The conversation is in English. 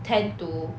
ten to